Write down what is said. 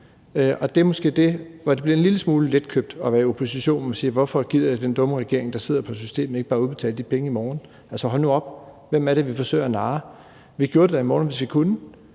smule letkøbt at være i opposition og bare sige: Hvorfor gider den dumme regering, der sidder på systemet, ikke bare udbetale de penge i morgen? Men hold nu op; hvem er det, man forsøger at narre? Vi gjorde det da i morgen, hvis vi kunne.